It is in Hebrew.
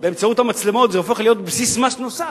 באמצעות המצלמות, זה הופך להיות בסיס מס נוסף,